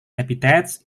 epithets